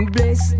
Bless